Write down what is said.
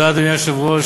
אדוני היושב-ראש,